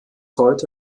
heute